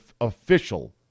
official